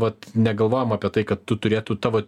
vat negalvojama apie tai kad tu turėtų tavo